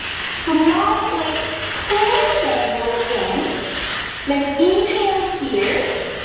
slightly pull the navel in, let's inhale here